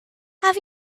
have